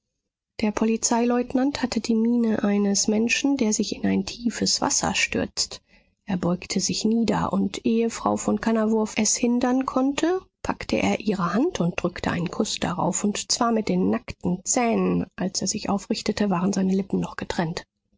der polizeileutnant hatte die miene eines menschen der sich in ein tiefes wasser stürzt er beugte sich nieder und ehe frau von kannawurf es hindern konnte packte er ihre hand und drückte einen kuß darauf und zwar mit den nackten zähnen als er sich aufrichtete waren seine lippen noch getrennt